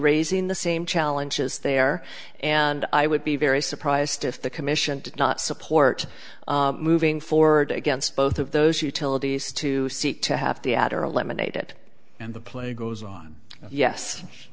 raising the same challenges there and i would be very surprised if the commission did not support moving forward against both of those utilities to seek to have the outer lemonade it and the play goes on yes